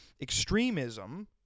extremism